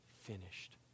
finished